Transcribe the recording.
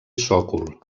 sòcol